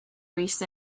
reached